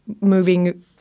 moving –